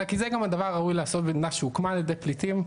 אלא כי זה גם הדבר הראוי לעשות במדינה שהוקמה על ידי פליטים,